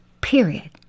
Period